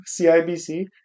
CIBC